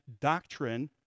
doctrine